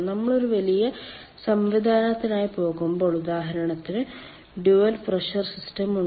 നമ്മൾ ഒരു വലിയ സംവിധാനത്തിനായി പോകുമ്പോൾ ഉദാഹരണത്തിന് ഡ്യുവൽ പ്രഷർ സിസ്റ്റം ഉണ്ട്